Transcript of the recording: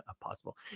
possible